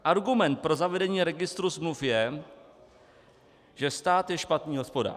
Argument pro zavedení registru smluv je, že stát je špatný hospodář.